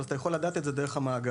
אתה יכול לדעת את זה דרך המאגר.